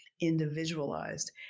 individualized